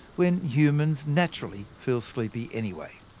when humans naturally feel sleepy anyway.